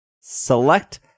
select